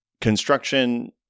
construction